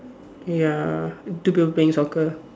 ya two people playing soccer